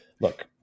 look